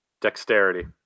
Dexterity